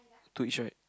two each right